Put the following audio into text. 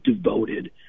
devoted